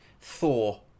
Thor